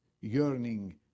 yearning